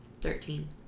thirteen